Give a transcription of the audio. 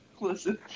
listen